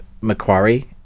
macquarie